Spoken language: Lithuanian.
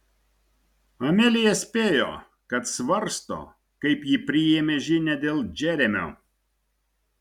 amelija spėjo kad svarsto kaip ji priėmė žinią dėl džeremio